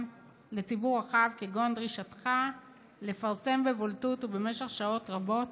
לציבור הרחב כגון דרישתך לפרסם בבולטות ובמשך שעות רבות